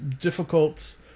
difficult